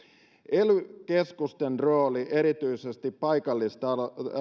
ely keskusten rooli erityisesti